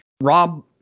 Rob